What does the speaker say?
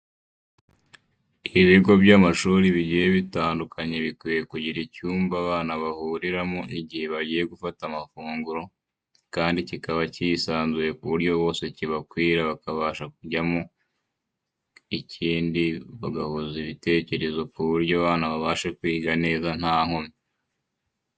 Ibigo by'amashuri bigiye bitandukanye bikwiye kugira icyumba abana bahuriramo igihe bagiye gufata amafunguro kandi kikaba kisanzuye kuburyo bose kibakwira bakabasha kujyamo. Ikindi bagahuza ibitekerezo kuburyo abana babasha kwiga nta nkomyi.